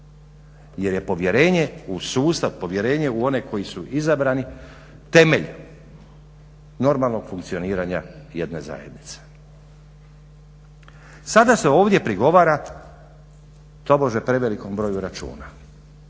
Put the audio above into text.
jer je povjerenje u sustav, povjerenje u one koji su izabrani temelj normalnog funkcioniranja jedne zajednice. Sada se ovdje prigovara, tobože prevelikom broju računa.